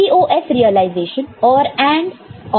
POS realisation OR AND और NOR NOR से कर सकते हैं